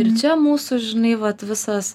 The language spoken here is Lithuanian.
ir čia mūsų žinai vat visas